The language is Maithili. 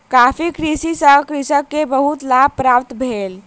कॉफ़ी कृषि सॅ कृषक के बहुत लाभ प्राप्त भेल